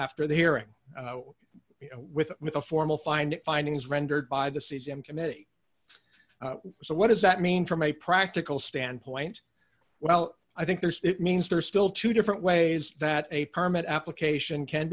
after the hearing with with a formal find findings rendered by the caesium committee so what does that mean from a practical standpoint well i think there is it means there are still two different ways that a permit application can